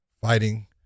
fighting